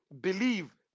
believe